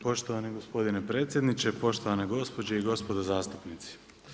Poštovani gospodine predsjedniče, poštovane gospođe i gospodo zastupnici.